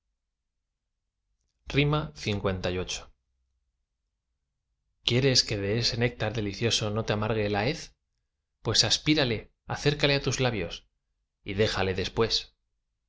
lviii quieres que de ese néctar delicioso no te amargue la hez pues aspírale acércale á tus labios y déjale después